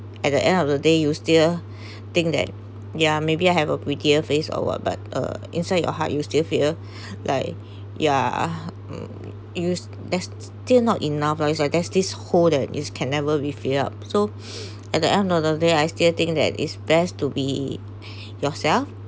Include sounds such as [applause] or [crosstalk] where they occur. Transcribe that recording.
at the end of the day you still [breath] think that yeah maybe I have a prettier face or what but uh inside your heart you still feel [breath] like yeah mm you that's still not enough lah is like there's this hole that you can never refill up so [breath] at the end of the day I still think that it's best to be [breath] yourself